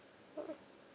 uh